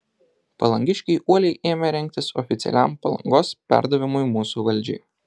palangiškiai uoliai ėmė rengtis oficialiam palangos perdavimui mūsų valdžiai